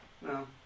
No